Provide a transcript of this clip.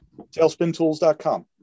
tailspintools.com